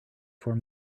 form